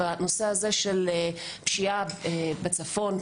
בנושא הזה של פשיעה בצפון,